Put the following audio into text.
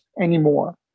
anymore